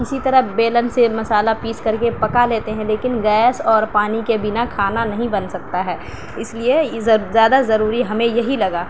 کسی طرح بیلن سے مصالحہ پیس کر کے پکا لیتے ہیں لیکن گیس اور پانی کے بنا کھانا نہیں بن سکتا ہے اس لیے زیادہ ضروری ہمیں یہی لگا